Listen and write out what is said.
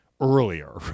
earlier